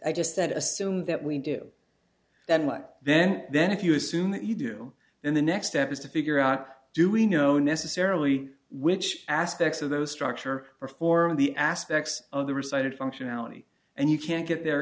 i just said assume that we do that then then if you assume that you do then the next step is to figure out do we know necessarily which aspects of those structure perform the aspects of the recited functionality and you can't get there